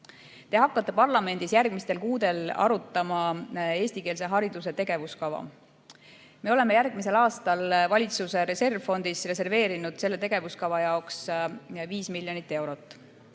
Te hakkate parlamendis järgmistel kuudel arutama eestikeelse hariduse tegevuskava. Me oleme järgmisel aastal valitsuse reservfondist reserveerinud selle tegevuskava jaoks 5 miljonit eurot.